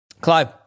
Clive